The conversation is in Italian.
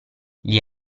gli